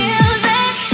Music